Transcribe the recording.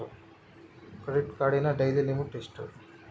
Credit ಕಾರ್ಡಿನ daily limit ಎಷ್ಟು?